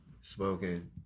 smoking